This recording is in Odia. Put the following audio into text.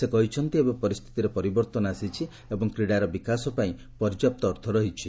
ସେ କହିଛନ୍ତି ଏବେ ପରିସ୍ଥିତିରେ ପରିବର୍ତ୍ତନ ଆସିଛି ଏବଂ କ୍ରୀଡ଼ାର ବିକାଶପାଇଁ ପର୍ଯ୍ୟାପ୍ତ ଅର୍ଥ ରହିଛି